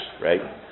right